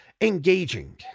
Engaging